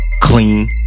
clean